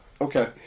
Okay